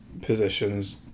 positions